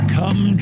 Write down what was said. come